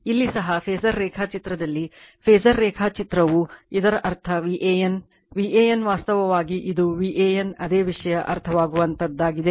ಇಲ್ಲಿ ಸಹ ಫಾಸರ್ ರೇಖಾಚಿತ್ರದಲ್ಲಿ ಫಾಸರ್ ರೇಖಾಚಿತ್ರವು ಇದರ ಅರ್ಥ VAN VAN ವಾಸ್ತವವಾಗಿ ಇದು VAN ಅದೇ ವಿಷಯ ಅರ್ಥವಾಗುವಂತಹದ್ದಾಗಿದೆ